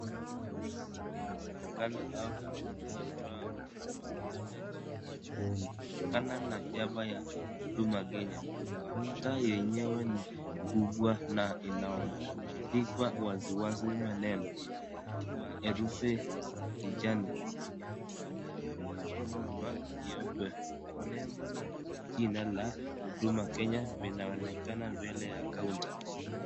Kuna service ya Safaricom au inayotoa huduma labda njini Kenya. Kutokana na chapa ya huduma Kenya. Kaunta yenyewe ni kubwa na inaandikwa waziwazi maneno. Kwa herufi za kijani, Kenya madari nyuma nyeupe. Nembo na jina la huduma Kenya vinaonekana mbele ya kaunta.